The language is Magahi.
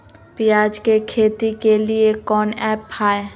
प्याज के खेती के लिए कौन ऐप हाय?